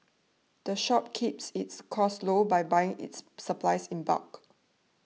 the shop keeps its costs low by buying its supplies in bulk